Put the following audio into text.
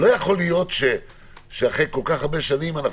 לא ייתכן שאחרי כל כך הרבה שנים אנחנו